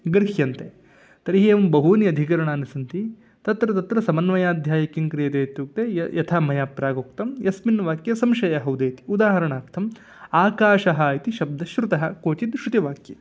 गृह्यन्ते तर्हि एवं बहूनि अधिकरणानि सन्ति तत्र तत्र समन्वयाध्याये किं क्रियते इत्युक्ते यः यथा मया प्राग् उक्तं यस्मिन् वाक्ये संशयः उदेति उदाहरणार्थम् आकाशः इति शब्दश्श्रुतः क्वचित् श्रुतिवाक्ये